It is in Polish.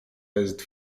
jest